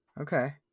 Okay